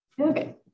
Okay